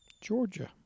Georgia